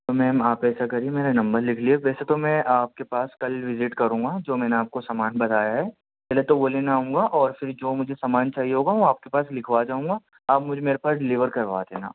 تو میم آپ ایسا کریے میرا نمبر لے لیجیے ویسے تو میں آپ کے پاس کل وزٹ کروں گا جو میں نے آپ کو سامان بتایا ہے پہلے تو وہ لینے آؤں گا اور پھر جو مجھے سامان چاہیے ہوگا وہ آپ کے پاس لکھوا جاؤں گا آپ مجھے میرے پاس ڈلیور کروا دینا